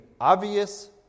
obvious